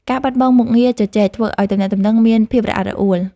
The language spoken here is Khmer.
ការបាត់បង់មុខងារជជែក ធ្វើឱ្យការទំនាក់ទំនងមានភាពរអាក់រអួល។